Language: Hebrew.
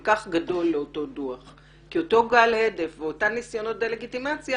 כה גדול לאותו הדוח כי אותו גל הדף ואותם ניסיונות דה-לגיטימציה